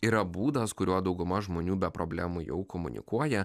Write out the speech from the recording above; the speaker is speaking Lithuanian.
yra būdas kuriuo dauguma žmonių be problemų jau komunikuoja